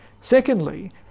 Secondly